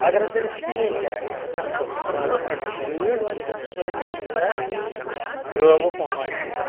اَگَر نہٕ تٔمِس کِہیٖنۍ تہٕ آسہٕ تٔمِس چھُ وٕنکیٚنَس گورمینٹ سۭتۍ سُہ أنِن سا گٲوٕ پانٛژھ شیٚے